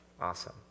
awesome